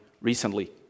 recently